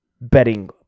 betting